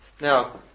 Now